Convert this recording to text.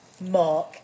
mark